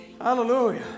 Hallelujah